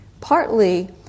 Partly